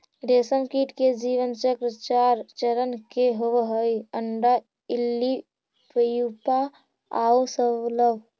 रेशमकीट के जीवन चक्र चार चरण के होवऽ हइ, अण्डा, इल्ली, प्यूपा आउ शलभ